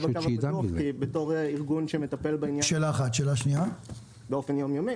בתור ארגון שמטפל בעניין באופן יומיומי